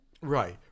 Right